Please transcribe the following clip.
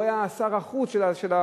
והוא היה שר החוץ של הצבא,